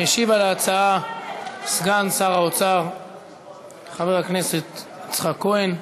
משיב על ההצעה סגן שר האוצר חבר הכנסת יצחק כהן,